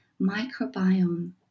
microbiome